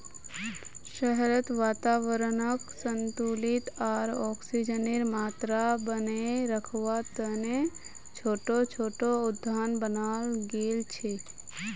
शहरत वातावरनक संतुलित आर ऑक्सीजनेर मात्रा बनेए रखवा तने छोटो छोटो उद्यान बनाल गेल छे